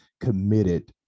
committed